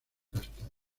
castaña